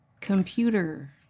computer